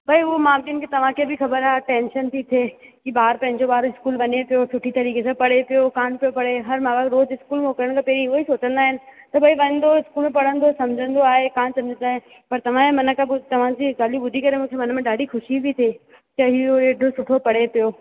भाई हूअ मांखे तव्हांखे बि ख़बर आहे टेंशन थी थिए की ॿार पंहिंजो ॿार स्कूल वञे पियो सुठी तरीके़ सां पढ़े पियो कोन्ह पियो पढ़े हरु मां बाप स्कूल मोकिलण खां पहरीं इहो ई सोचंदा इन त भाई वंदो स्कूल पढ़ंदो सम्झंदो आहे कोन्ह सझंदा आहिनि पर तव्हांजे मन खां पोइ तव्हांजी ॻाल्हियूं ॿुधी करे मूंखे मन में ॾाढी ख़ुशी थी थिए त इहो एॾो सुठो पढ़े पियो